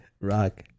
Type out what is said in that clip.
Rock